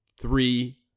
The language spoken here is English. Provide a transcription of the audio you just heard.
three